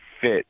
fit